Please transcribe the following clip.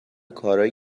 کارایی